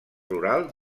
rural